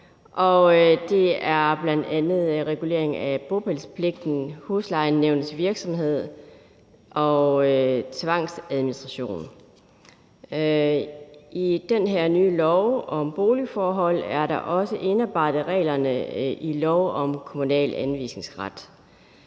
Det er bl.a. regulering af bopælspligten, huslejenævnets virksomhed og tvangsadministration. I den her nye lov om boligforhold er også reglerne i lov om kommunal anvisningsret